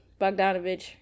Bogdanovich